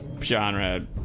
genre